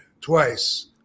twice